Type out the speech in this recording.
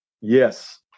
Yes